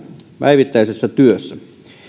päivittäisessä työssä